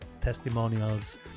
testimonials